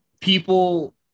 people